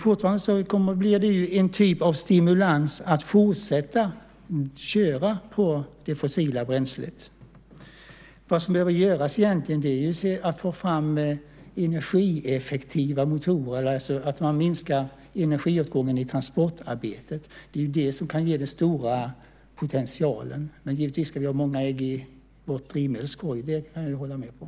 Fortfarande blir alltså detta en typ av stimulans att fortsätta att köra på det fossila bränslet. Vad som egentligen behöver göras är att få fram energieffektiva motorer, alltså att minska energiåtgången i transportarbetet. Det är det som kan ge den stora potentialen. Men givetvis ska vi ha många ägg i vår drivmedelskorg; det kan jag hålla med om.